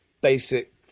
basic